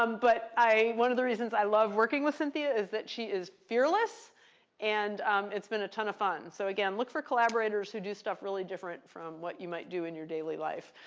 um but one of the reasons i love working with cynthia is that she is fearless and it's been a ton of fun. so again, look for collaborators who do stuff really different from what you might do in your daily life.